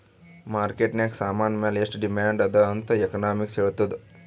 market ನಾಗ್ ಸಾಮಾನ್ ಮ್ಯಾಲ ಎಷ್ಟು ಡಿಮ್ಯಾಂಡ್ ಅದಾ ಅಂತ್ ಎಕನಾಮಿಕ್ಸ್ ಹೆಳ್ತುದ್